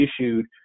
issued